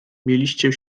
mieliście